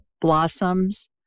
blossoms